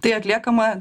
tai atliekama